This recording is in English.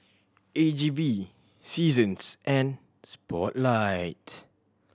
A G V Seasons and Spotlight